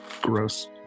Gross